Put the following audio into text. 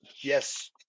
yes